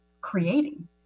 creating